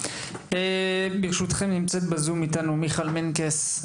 ברשותכם, נמצאת איתנו בזום מיכל מנקס,